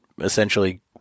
essentially